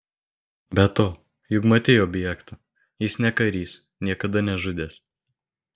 be to juk matei objektą jis ne karys niekada nežudęs